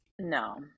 no